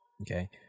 Okay